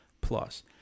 plus